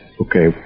okay